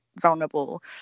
vulnerable